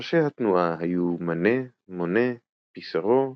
ראשי התנועה היו מאנה, מונה, פיסארו,